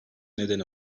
nedeni